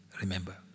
remember